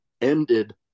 ended